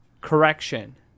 correction